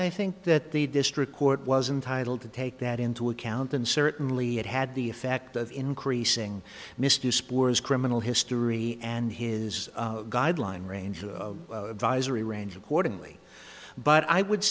i think that the district court was entitle to take that into account and certainly it had the effect of increasing mr spores criminal history and his guideline range advisory range accordingly but i would